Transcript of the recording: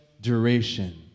duration